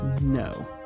No